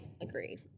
agree